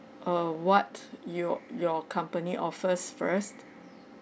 uh what your your company offers first